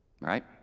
right